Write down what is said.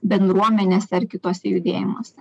bendruomenės ar kituose judėjimuose